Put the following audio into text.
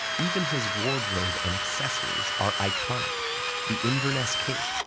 even his wardrobe and accessories are iconic the inverness cape,